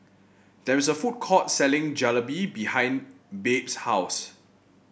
there is a food court selling Jalebi behind Babe's house